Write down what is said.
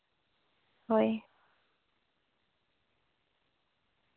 ᱦᱳᱭ